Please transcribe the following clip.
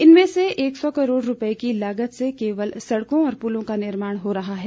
इसमें से एक सौ करोड़ रूपए की लागत से केवल सड़कों और पुलों का निर्माण हो रहा है